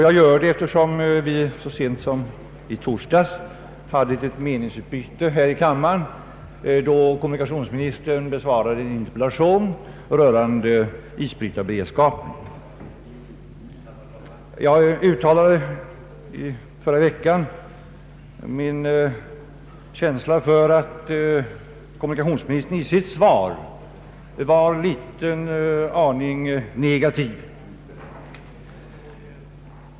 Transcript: Jag gör det enär vi så sent som i torsdags hade ett meningsutbyte här i kammaren, då kommunikationsministern besvarade en enkel fråga rörande isbrytarberedskapen. Jag uttalade då att kommunikationsministern i sitt svar var en aning negativ.